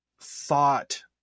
thought